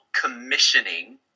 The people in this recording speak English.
commissioning